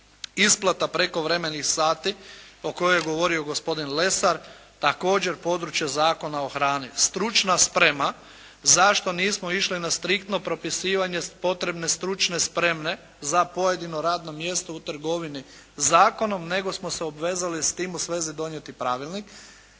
Isplata prekovremenih sati o kojoj je govorio gospodin Lesar, također područje Zakona o hrani. Stručna sprema. Zašto nismo išli na striktno propisivanje potrebne stručne spreme za pojedino radno mjesto u trgovini zakonom, nego smo se obvezali s tim u svezi donijeti pravilnik.